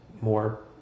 more